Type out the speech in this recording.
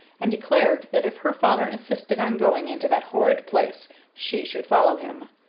and declared that if her father insisted on going into that horrid place she should follow him.